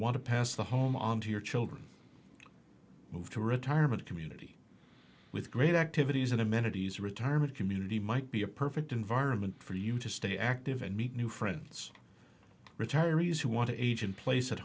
want to pass the home on to your children moved to a retirement community with great activities and amenities retirement community might be a perfect environment for you to stay active and meet new friends retirees who want to age in place at